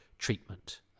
treatment